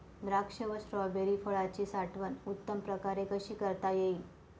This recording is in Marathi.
द्राक्ष व स्ट्रॉबेरी फळाची साठवण उत्तम प्रकारे कशी करता येईल?